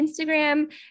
Instagram